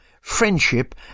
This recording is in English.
friendship